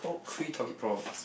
free talky prawns